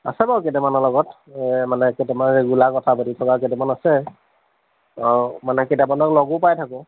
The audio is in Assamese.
আছে বাৰু কেইটামানৰ লগত এই মানে কেইটামান ৰেগুলাৰ কথা পাতি থকা কেইটামান আছে অঁ মানে কেইটামানক লগো পাই থাকোঁ